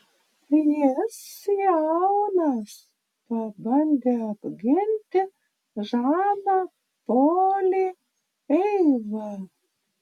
jis jaunas pabandė apginti žaną polį eiva